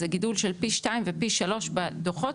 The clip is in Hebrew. זה גידול של פי שתיים ופי שלוש בדוחות,